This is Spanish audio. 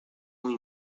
muy